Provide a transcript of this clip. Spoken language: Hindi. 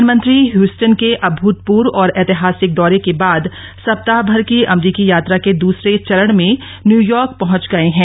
प्रधानमंत्री ह्यूस्टन के अभूतपूर्व और ऐतिहासिक दौरे के बाद सप्ताह भर की अमरीकी यात्रा के दूसरे चरण में न्यूयार्क पहुंच गए हैं